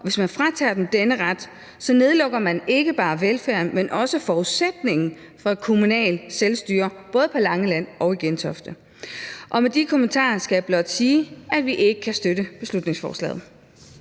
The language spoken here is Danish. Hvis man fratager dem denne ret, nedlukker man ikke bare velfærden, men også forudsætningen for kommunalt selvstyre, både på Langeland og i Gentofte. Med de kommentarer skal jeg blot sige, at vi ikke kan støtte beslutningsforslaget.